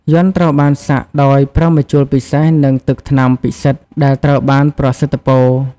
យ័ន្តត្រូវបានសាក់ដោយប្រើម្ជុលពិសេសនិងទឹកថ្នាំពិសិដ្ឋដែលត្រូវបានប្រសិទ្ធិពរ។